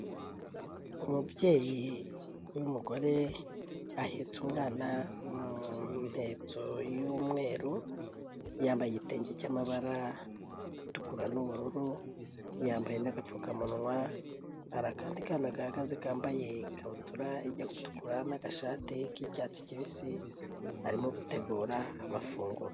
Umubyeyi w'umugore ahetse umwana mu mpetso y'umweru yambaye igitenge cy'amabara atukura n'ubururu yambaye n'agapfukamunwa akandi kana gahagaze kambaye ikabutura ijya gutukura n'agashati k'icyatsi kibisi arimo gutegura amafunguro.